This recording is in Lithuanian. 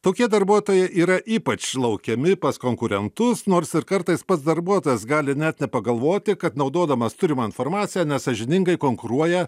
tokie darbuotojai yra ypač laukiami pas konkurentus nors ir kartais pats darbuotojas gali net nepagalvoti kad naudodamas turimą informaciją nesąžiningai konkuruoja